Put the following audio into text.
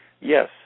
Yes